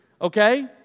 Okay